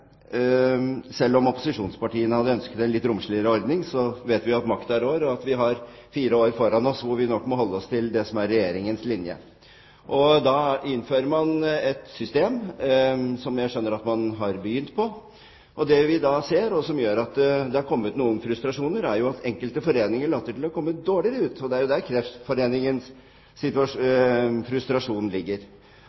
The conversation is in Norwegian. selv om opposisjonspartiene hadde ønsket en litt romsligere ordning, vet vi at makta rår, og at vi har fire år foran oss hvor vi nok må holde oss til det som er Regjeringens linje. Man innfører et system som jeg skjønner at man har begynt på. Det vi da ser, og som gjør at det er kommet noen frustrasjoner, er at enkelte foreninger later til å komme dårligere ut. Det er jo der Kreftforeningens